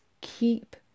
keep